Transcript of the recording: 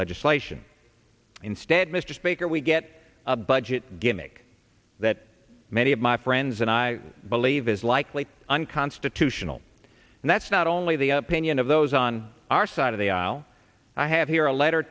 legislation instead mr speaker we get a budget gimmick that many of my friends and i believe is likely unconstitutional and that's not only the opinion of those on our side of the aisle i have here a letter